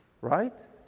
right